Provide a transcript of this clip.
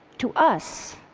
to us.